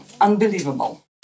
unbelievable